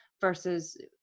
versus